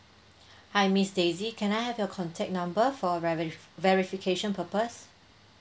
hi miss daisy can I have your contact number for veri~ verification purpose